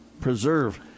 preserve